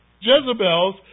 Jezebel's